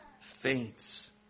faints